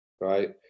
right